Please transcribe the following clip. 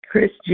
Chris